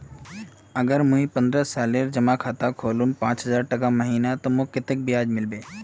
अगर मुई पन्द्रोह सालेर जमा खाता खोलूम पाँच हजारटका महीना ते कतेक ब्याज मिलबे?